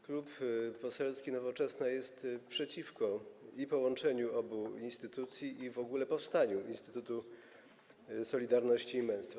Klub Poselski Nowoczesna jest przeciwko i połączeniu obu instytucji, i w ogóle powstaniu Instytutu Solidarności i Męstwa.